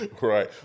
Right